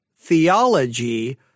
theology